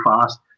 fast